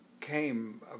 came